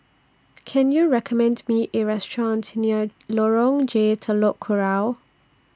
Can YOU recommend Me A Restaurant near Lorong J Telok Kurau